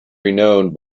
renowned